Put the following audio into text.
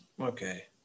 okay